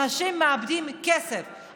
אנשים מאבדים כסף,